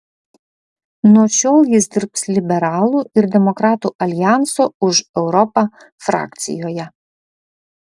nuo šiol jis dirbs liberalų ir demokratų aljanso už europą frakcijoje